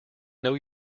know